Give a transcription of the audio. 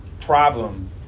problem